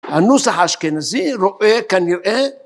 ‫הנוסח האשכנזי, רואה, כנראה